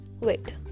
wait